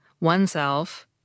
oneself